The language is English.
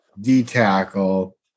D-Tackle